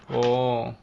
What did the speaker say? oh